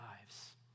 lives